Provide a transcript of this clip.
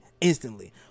instantly